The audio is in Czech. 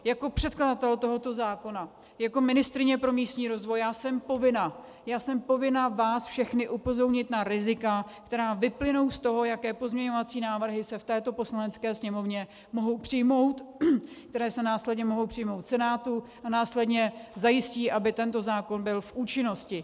Jako předkladatel tohoto zákona, jako ministryně pro místní rozvoj jsem povinna, jsem povinna vás všechny upozornit na rizika, která vyplynou z toho, jaké pozměňovací návrhy se v této Poslanecké sněmovně mohou přijmout, které se následně mohou přijmout v Senátu a následně zajistí, aby tento zákon byl v účinnosti.